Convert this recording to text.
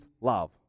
love